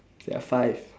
there are five